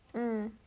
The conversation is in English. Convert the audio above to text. mm